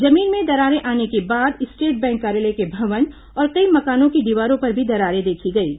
जमीन में दरारें आने के बाद स्टेट बैंक कार्यालय के भवन और कई मकानों की दीवारों पर भी दरारें देखी गईं